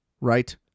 right